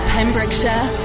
Pembrokeshire